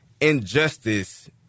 injustice